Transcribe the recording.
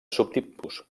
subtipus